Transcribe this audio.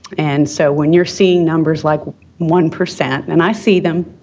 and so when you're seeing numbers like one percent and i see them